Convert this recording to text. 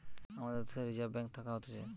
আমাদের দ্যাশের reserve bank থাকে হতিছে